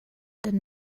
den